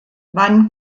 wann